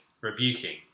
rebuking